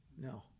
No